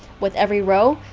with every row,